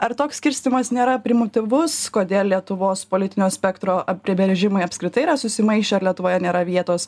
ar toks skirstymas nėra primityvus kodėl lietuvos politinio spektro apibrėžimai apskritai yra susimaišę lietuvoje nėra vietos